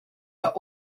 are